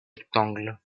rectangle